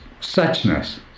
suchness